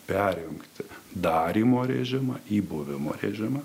perjungti darymo režimą į buvimo režimą